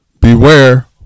Beware